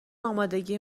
آمادگی